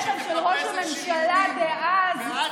מדינה.